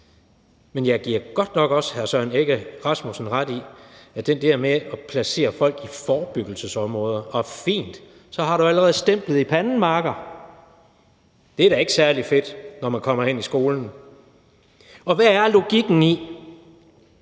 Søren Egge Rasmussen ret i, at den der med at placere folk i forebyggelsesområder – fint, så har du allerede stemplet i panden, makker – da ikke er særlig fedt, når man kommer hen i skolen. Og hvad er logikken i,